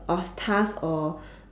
off task or